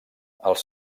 els